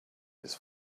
his